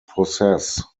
possess